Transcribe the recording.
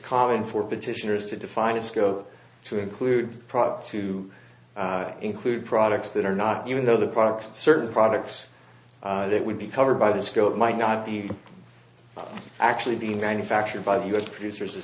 common for petitioners to define a scope to include products to include products that are not even though the products certain products that would be covered by the scope might not be actually be manufactured by the us producers